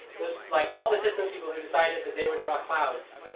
like, all the systems people who decided that they would draw clouds,